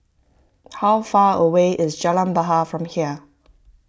how far away is Jalan Bahar from here